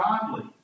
godly